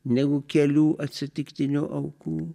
negu kelių atsitiktinių aukų